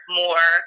more